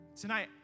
tonight